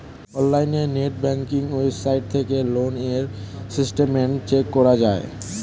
অনলাইনে net banking website থেকে loan এর স্টেটমেন্ট চেক করা যায়